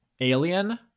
alien